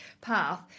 path